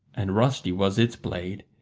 and rusty was its blade.